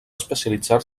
especialitzar